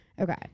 Okay